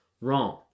wrong